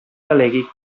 delegui